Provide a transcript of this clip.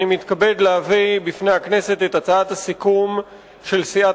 אני מתכבד להביא בפני הכנסת את הצעת הסיכום של סיעת